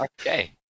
Okay